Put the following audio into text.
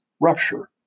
rupture